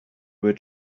were